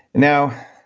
now,